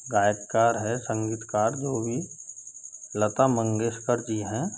गायककार है संगीतकार जो भी लता मंगेशकर जी हैं